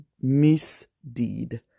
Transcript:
misdeed